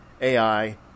AI